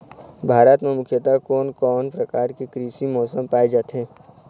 भारत म मुख्यतः कोन कौन प्रकार के कृषि मौसम पाए जाथे?